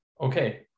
okay